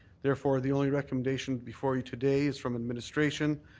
therefore, the only recommendation before you today is from administration.